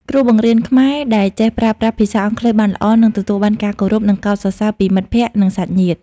គ្រូបង្រៀនខ្មែរដែលចេះប្រើប្រាស់ភាសាអង់គ្លេសបានល្អ នឹងទទួលបានការគោរព និងកោតសរសើរពីមិត្តភក្តិ និងសាច់ញាតិ។